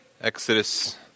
Exodus